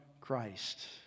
Christ